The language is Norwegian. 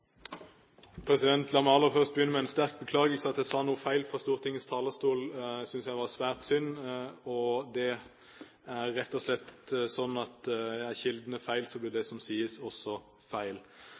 La meg aller først begynne med sterkt å beklage at jeg sa noe feil fra Stortingets talerstol. Det synes jeg var svært synd. Det er rett og slett sånn at er kildene feil, blir det som sies, også feil. La meg så